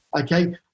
okay